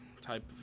type